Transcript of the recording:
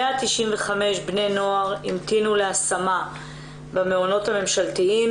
195 בני נוער המתינו להשמה במעונות הממשלתיים,